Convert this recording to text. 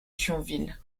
thionville